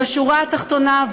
בשורה התחתונה,